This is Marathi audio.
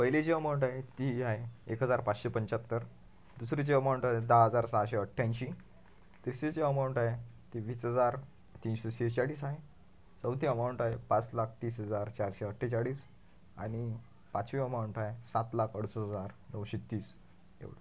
पहिली जी अमाऊंट आहे ती ही आहे एक हजार पाचशे पंच्याहत्तर दुसरी जी अमाऊंट आहे दहा हजार सहाशे अठ्ठ्याऐंशी तिसरी जी अमाऊंट आहे ती वीस हजार तीनशे सेहेचाळीस आहे चौथी अमाऊंट आहे पाच लाख तीस हजार चारशे अठ्ठेचाळीस आणि पाचवी अमाऊंट आहे सात लाख अडुसष्ट हजार नऊशे तीस एवढंच